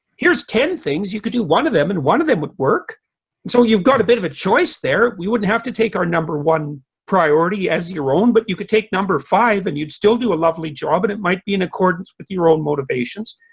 here's ten things. you could do one of them and one of them would work and so you've got a bit of a choice there we wouldn't have to take our number one priority as your own but you could take number five and you'd still do a lovely job and it might be in accordance with your own motivations.